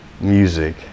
music